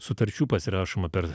sutarčių pasirašoma per